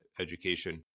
education